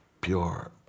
pure